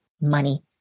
money